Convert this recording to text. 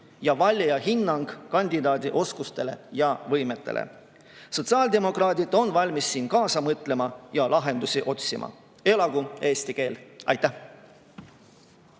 ja valija hinnang kandidaadi oskustele ja võimetele. Sotsiaaldemokraadid on valmis siin kaasa mõtlema ja lahendusi otsima. Elagu eesti keel! Aitäh!